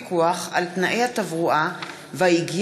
חוק פיקוח על תנאי התברואה וההיגיינה